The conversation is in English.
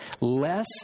Less